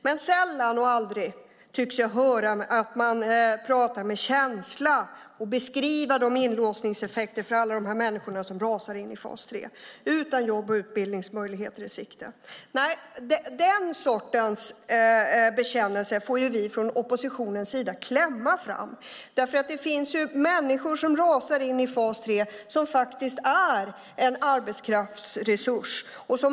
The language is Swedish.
Men sällan eller aldrig får jag höra att de talar med känsla och beskriver inlåsningseffekterna för alla de människor som rasar in i fas 3 utan jobb och utbildningsmöjligheter i sikte. Den sortens bekännelse får vi från oppositionen klämma fram. Det finns människor som rasar in i fas 3 som är en arbetskraftsresurs.